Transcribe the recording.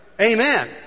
Amen